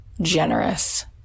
generous